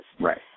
Right